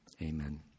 Amen